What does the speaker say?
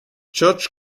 george